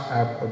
app